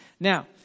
now